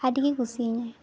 ᱟᱹᱰᱤ ᱜᱮᱭ ᱠᱩᱥᱤ ᱟᱹᱧᱟᱹᱭ